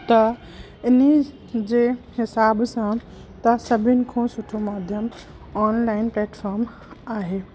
त इन जे हिसाब सां त सभिनि खां सुठो माध्यम ऑनलाइन प्लेटफ़ॉम आहे